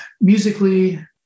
musically